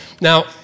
Now